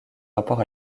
rapport